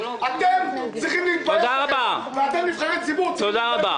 אתם צריכים להתבייש, ואתם נבחרי ציבור צריכים גם.